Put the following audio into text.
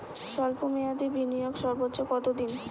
স্বল্প মেয়াদি বিনিয়োগ সর্বোচ্চ কত দিন?